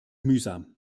mühsam